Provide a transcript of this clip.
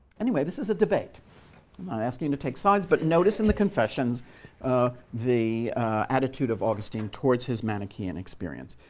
anyway, this is a debate. i'm not asking you to take sides, but notice in the confessions the attitude of augustine towards his manichean experience.